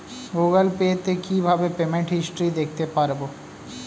Google pay তে কিভাবে payment history দেখতে পারবো?